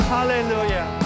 Hallelujah